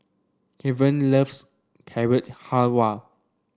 Kevan loves Carrot Halwa